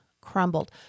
crumbled